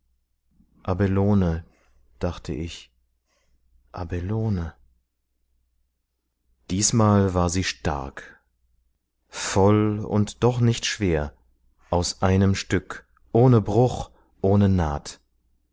diesmal war sie stark voll und doch nicht schwer aus einem stück ohne bruch ohne naht